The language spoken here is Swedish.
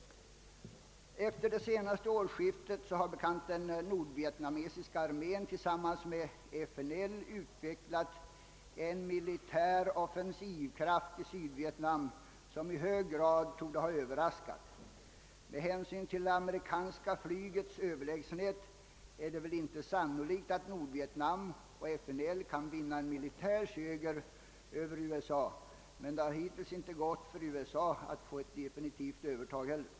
Efter det senaste årsskiftet har som bekant den nordvietnamesiska armén tillsammans med FNL utvecklat en militär offensivkraft i Sydvietnam, som i hög grad torde ha överraskat. Med hänsyn till det amerikanska flygets överlägsenhet är det väl inte sannolikt att Nordvietnam och FNL kan vinna en militär seger över USA. Men det har hittills heller inte gått för USA att få ett definitivt övertag.